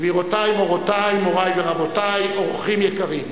גבירותי מורותי, מורי ורבותי, אורחים יקרים,